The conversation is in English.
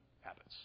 habits